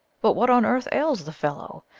but what on earth ails the fellow?